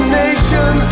nation